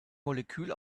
molekül